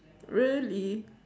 really